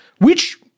which-